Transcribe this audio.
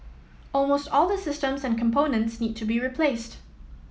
almost all the systems and components need to be replaced